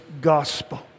gospel